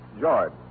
George